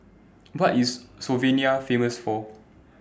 What IS Slovenia Famous For